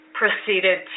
proceeded